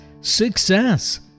success